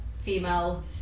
female